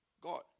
God